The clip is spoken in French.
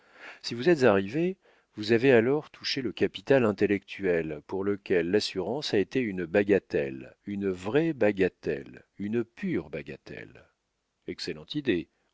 si vous êtes arrivé vous avez alors touché le capital intellectuel pour lequel l'assurance a été une bagatelle une vraie bagatelle une pure bagatelle excellente idée